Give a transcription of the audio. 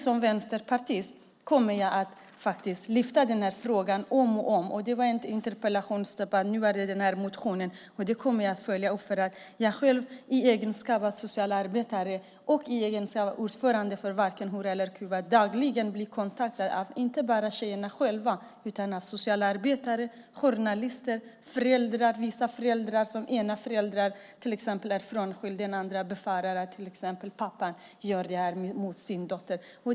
Som vänsterpartist kommer jag att lyfta upp den här frågan om och om igen. Det var en interpellationsdebatt. Nu är det den här motionen. Det kommer jag att följa upp. I egenskap av socialarbetare och i egenskap av ordförande för Varken hora eller kuvad blir jag dagligen kontaktad, inte bara av tjejerna själva utan av socialarbetare, journalister och föräldrar. När föräldrarna är frånskilda kan den ena befara att till exempel pappan gör det här mot sin dotter.